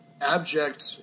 abject